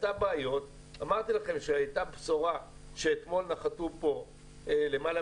אמרתי לכם שהייתה בשורה שאתמול נחתו פה למעלה